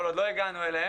אבל עוד לא הגענו אליהן,